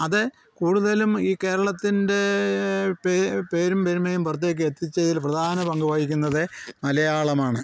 അത് കൂടുതലും ഈ കേരളത്തിൻ്റെ പേരും പെരുമയും പുറത്തേക്കെത്തിച്ചതിൽ പ്രധാന പങ്ക് വഹിക്കുന്നത് മലയാളമാണ്